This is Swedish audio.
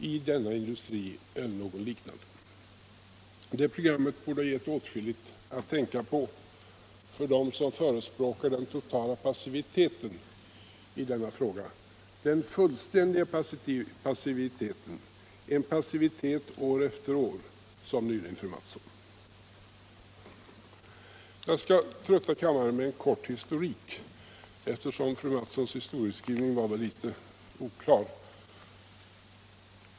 o passivitet år efter år — som fröken Mattson nyss gjorde. Pornografi m.m. Jag skall trötta kammaren med en kort historik, eftersom fröken Mattsons historiebeskrivning var litet oklar.